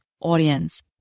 audience